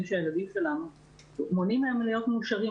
שמונעים מהילדים שלנו להיות מאושרים,